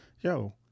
yo